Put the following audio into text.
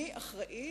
מי אחראי,